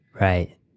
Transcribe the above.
right